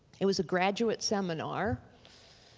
it was a graduate seminar,